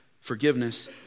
forgiveness